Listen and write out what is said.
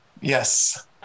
Yes